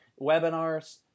webinars